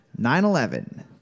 9-11